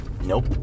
Nope